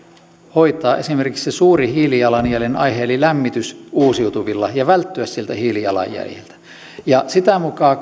hoitaa esimerkiksi se suuri hiilijalanjäljen aihe eli lämmitys uusiutuvilla ja välttyä siltä hiilijalanjäljeltä sitä mukaa